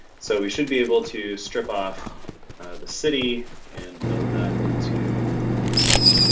so we should be able to strip off the city and build that into the graph.